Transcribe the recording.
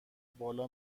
بالا